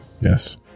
Yes